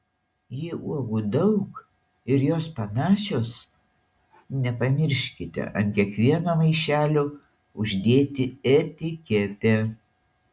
jei uogų daug ir jos panašios nepamirškite ant kiekvieno maišelio uždėti etiketę